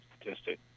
statistic